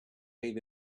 leave